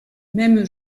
même